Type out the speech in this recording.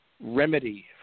remedy